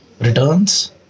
returns